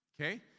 Okay